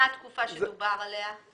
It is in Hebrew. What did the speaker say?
מה התקופה עליה דובר?